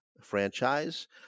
Franchise